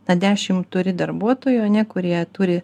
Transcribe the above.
tą dešimt turi darbuotojų kurie turi